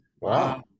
Wow